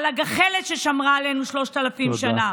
על הגחלת ששמרה עלינו שלושת אלפים שנה.